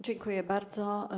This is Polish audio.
Dziękuję bardzo.